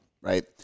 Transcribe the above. right